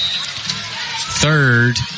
Third